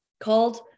Called